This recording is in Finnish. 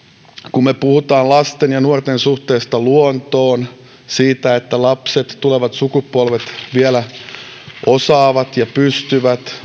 kun me puhumme lasten ja nuorten suhteesta luontoon ja siitä että lapset tulevat sukupolvet vielä osaavat ja pystyvät